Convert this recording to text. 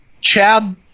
Chad